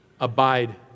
Abide